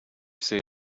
say